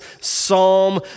psalm